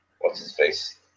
what's-his-face